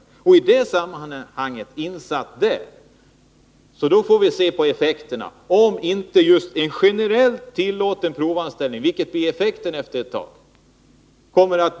Sätter vi in detta i sammanhanget får vi se om inte resultatet blir just att en generellt tillåten provanställning — vilket blir följden efter ett tag